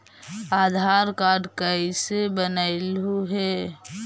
आधार card कईसे बनैलहु हे?